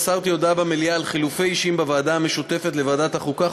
מסרתי הודעה במליאה על חילופי אישים בוועדה המשותפת לוועדת החוקה,